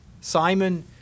Simon